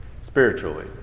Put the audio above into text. spiritually